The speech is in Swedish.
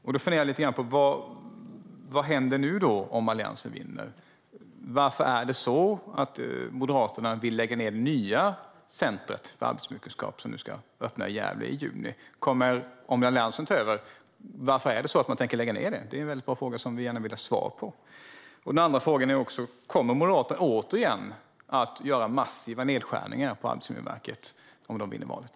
Jag funderar på vad som händer om Alliansen vinner valet. Varför vill Moderaterna lägga ned det nya centret för arbetsmiljökunskap i Gävle som ska öppna i juni? Varför tänker man lägga ned det om Alliansen tar över? Det är en väldigt bra fråga som vi gärna vill ha svar på. Min andra fråga är: Kommer Moderaterna återigen att göra massiva nedskärningar på Arbetsmiljöverket om de vinner valet?